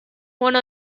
one